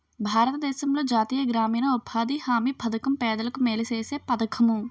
భారతదేశంలో జాతీయ గ్రామీణ ఉపాధి హామీ పధకం పేదలకు మేలు సేసే పధకము